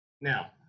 Now